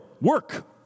Work